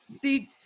The-